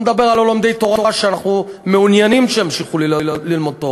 אני לא מדבר על לומדי תורה שאנחנו מעוניינים שימשיכו ללמוד תורה.